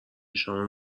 شام